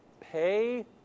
pay